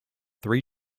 three